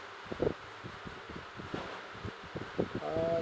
uh